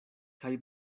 kaj